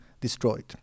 destroyed